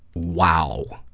wow,